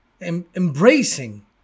embracing